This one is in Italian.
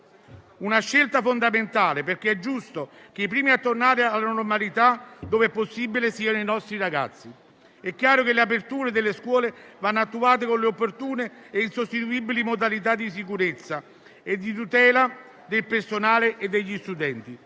Una scelta fondamentale, perché è giusto che i primi a tornare alla normalità - dove è possibile - siano i nostri ragazzi. È chiaro che le aperture delle scuole vanno attuate con le opportune e insostituibili modalità di sicurezza e di tutela del personale e degli studenti.